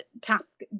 task